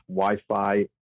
Wi-Fi